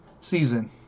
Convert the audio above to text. season